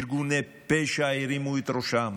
ארגוני פשע הרימו את ראשם.